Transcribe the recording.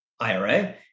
IRA